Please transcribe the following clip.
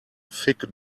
fig